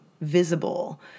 visible